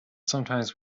sometimes